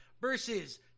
versus